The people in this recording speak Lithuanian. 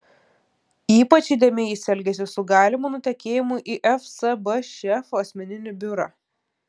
ypač įdėmiai jis elgėsi su galimu nutekėjimu į fsb šefo asmeninį biurą